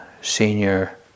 senior